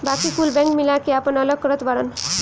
बाकी कुल बैंक मिला के आपन अलग करत बाड़न